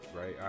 right